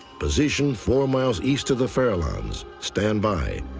position four miles east of the farallons. stand by.